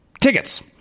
tickets